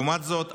לעומת זאת,